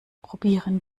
probieren